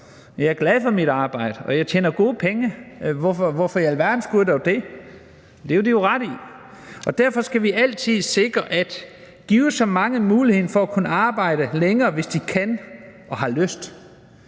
Jeg er glad for mit arbejde, og jeg tjener gode penge, så hvorfor i alverden skulle jeg dog det? Og det har de jo ret i. Derfor skal vi altid sikre, at vi kan give så mange som muligt muligheden for at kunne arbejde længere, hvis de kan og har lyst,